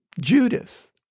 Judas